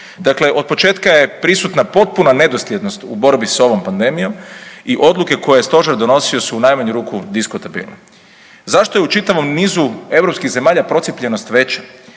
Dakle, otpočetka je prisutna potpuna nedosljednost u borbi s ovom pandemijom i odluke koje je stožer donosio su u najmanju ruku diskutabilne. Zašto je u čitavom nizu europskih zemalja procijepljenost veća?